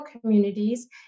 communities